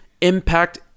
impact